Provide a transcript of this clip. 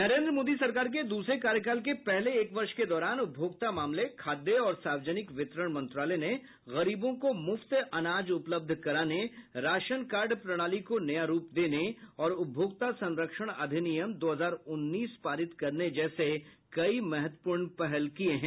नरेन्द्र मोदी सरकार के दूसरे कार्यकाल के पहले एक वर्ष के दौरान उपभोक्ता मामले खाद्य और सार्वजनिक वितरण मंत्रालय ने गरीबों को मुफ्त अनाज उपलब्ध कराने राशन कार्ड प्रणाली को नया रूप देने और उपभोक्ता संरक्षण अधिनियम दो हजार उन्नीस पारित करने जैसी कई महत्वपूर्ण पहल की है